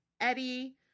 Eddie